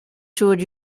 toured